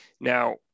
Now